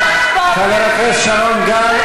חבר הכנסת שרון גל,